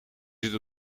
zit